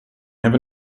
never